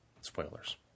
Spoilers